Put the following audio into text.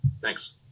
Thanks